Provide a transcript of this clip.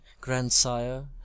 grandsire